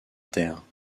terre